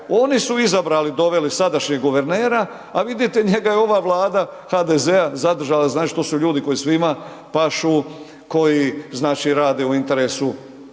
oni su izabrali doveli sadašnjeg guvernera, a vidite njega je ova Vlada HDZ-a zadržala, znači to su ljudi koji svima pašu, koji znači rade u interesu